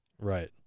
Right